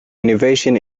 innovation